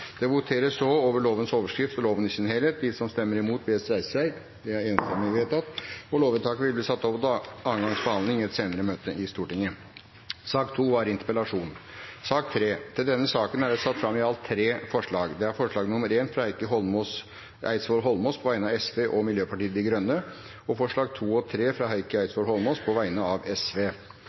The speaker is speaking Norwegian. Det voteres over lovens overskrift og loven i sin helhet. Lovvedtaket vil bli satt opp til andre gangs behandling i et senere møte i Stortinget. I sak nr. 2 foreligger det ikke noe voteringstema. Under debatten er det satt fram i alt tre forslag. Det er forslag nr. 1, fra Heikki Eidsvoll Holmås på vegne av